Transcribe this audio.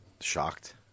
Shocked